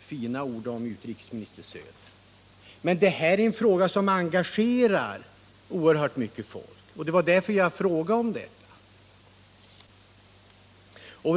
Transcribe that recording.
fina ord om utrikesminister Söder. Men det här är en sak som engagerar oerhört många människor, och det var därför jag ställde min fråga.